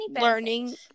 learning